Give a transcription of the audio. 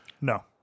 No